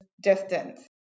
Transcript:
distance